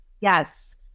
Yes